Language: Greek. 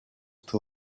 του